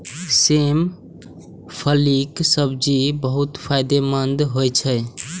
सेम फलीक सब्जी बहुत फायदेमंद होइ छै